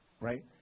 right